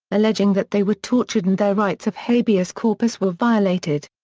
alleging that they were tortured and their rights of habeas corpus were violated.